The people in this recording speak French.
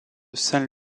saint